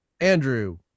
Andrew